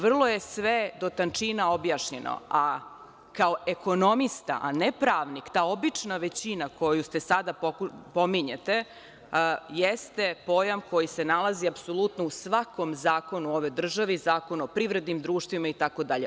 Vrlo je sve do tančina objašnjeno, a kao ekonomista, ne kao pravnik, ta obična većina koju sada pominjete jeste pojam koji se nalazi apsolutno u svakom zakonu ove države, u Zakonu o privrednim društvima itd.